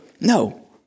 No